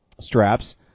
straps